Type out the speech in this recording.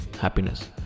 happiness